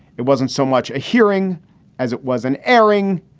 it wasn't so much a hearing as it was an airing.